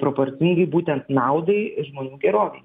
proporcingai būtent naudai ir žmonių gerovei